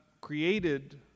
created